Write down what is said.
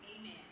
Amen